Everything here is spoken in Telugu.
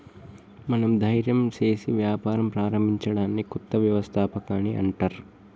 మనం ధైర్యం సేసి వ్యాపారం ప్రారంభించడాన్ని కొత్త వ్యవస్థాపకత అని అంటర్